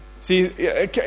See